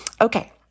Okay